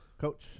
Coach